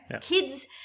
Kids